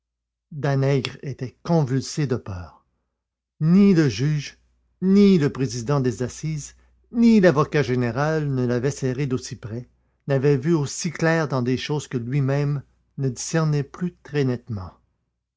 danègre était convulsé de peur ni le juge ni le président des assises ni l'avocat général ne l'avaient serré d'aussi près n'avaient vu aussi clair dans des choses que lui-même ne discernait plus très nettement